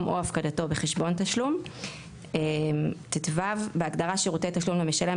או הפקדתו בחשבון תשלום;"; בהגדרה "שירותי תשלום למשלם",